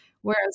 Whereas